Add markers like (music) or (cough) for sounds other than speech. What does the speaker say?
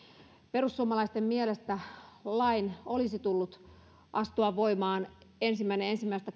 perussuomalaisten mielestä lain olisi tullut astua voimaan ensimmäinen ensimmäistä (unintelligible)